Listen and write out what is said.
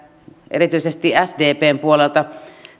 erityisesti sdpn puolelta